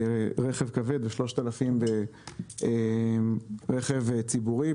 ברכב כבד ו-3,000 ברכב ציבורי,